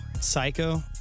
Psycho